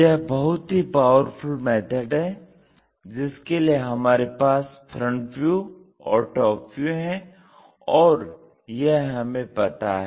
यह बहुत ही पावरफुल मेथड है जिसके लिए हमारे पास FV और TV हैं और यह हमें पता हैं